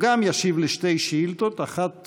גם הוא ישיב על שתי שאילתות, אחת